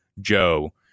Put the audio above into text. joe